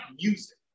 music